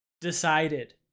decided